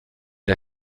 der